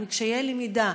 עם קשיי למידה,